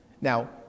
Now